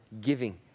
Giving